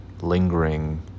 lingering